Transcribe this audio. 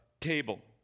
table